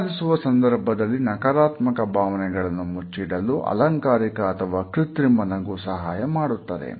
ಸಂವಾದಿಸುವ ಸಂದರ್ಭದಲ್ಲಿ ನಕಾರಾತ್ಮಕ ಭಾವನೆಗಳನ್ನು ಮುಚ್ಚಿಡಲು ಅಲಂಕಾರಿಕ ಅಥವಾ ಕೃತ್ರಿಮ ನಗು ಸಹಾಯ ಮಾಡುತ್ತದೆ